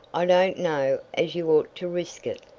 i don't know as you ought to risk it.